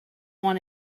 want